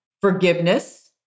forgiveness